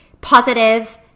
positive